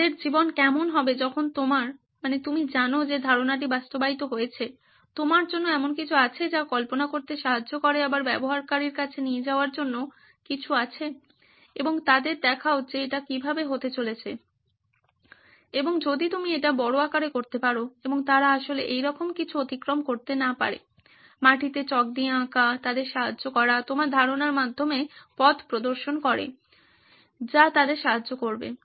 তাদের জীবন কেমন হবে যখন তোমার তুমি জানো যে ধারণাটি বাস্তবায়িত হয়েছে তোমার জন্য এমন কিছু আছে যা কল্পনা করতে সাহায্য করে আবার ব্যবহারকারীর কাছে নিয়ে যাওয়ার জন্য কিছু আছে এবং তাদের দেখাও যে এটি কীভাবে হতে চলেছে এবং যদি তুমি এটি বড় আকারে করতে পারো এবং তারা আসলে এইরকম কিছু অতিক্রম করতে পারে না মাটিতে চক দিয়ে আঁকা তাদের সাহায্য করা তোমার ধারণার মাধ্যমে পথ প্রদর্শন করো যা তাদের সাহায্য করবে